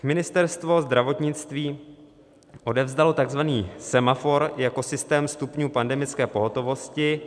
Ministerstvo zdravotnictví odevzdalo takzvaný semafor jako systém stupňů pandemické pohotovosti.